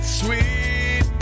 sweet